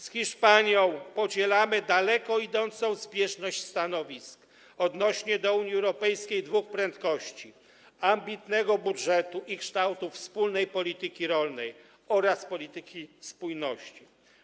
Z Hiszpanią podzielamy daleko idącą zbieżność stanowisk odnośnie do Unii Europejskiej dwóch prędkości, ambitnego budżetu i kształtu wspólnej polityki rolnej oraz polityki spójności.